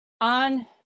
On